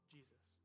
Jesus